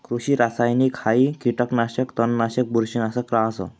कृषि रासायनिकहाई कीटकनाशक, तणनाशक, बुरशीनाशक रहास